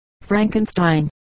Frankenstein